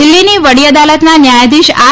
દિલ્ફીની વડી અદાલતના ન્યાયાધીશ આર